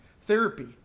Therapy